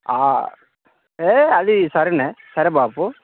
ఏ అది సరేనా సరే బాపు